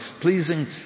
Pleasing